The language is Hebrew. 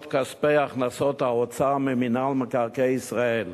כספי הכנסות האוצר ממינהל מקרקעי ישראל,